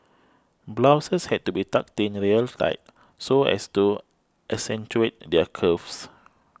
blouses had to be tucked in real tight so as to accentuate their curves